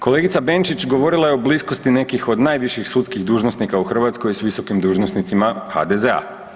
Kolegica Benčić govorila je o bliskosti nekih od najviših sudskih dužnosnika u Hrvatskoj s visokim dužnosnicima HDZ-a.